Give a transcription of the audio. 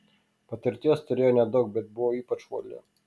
patirties turėjo nedaug bet buvo ypač uoli